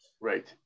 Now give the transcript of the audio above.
Right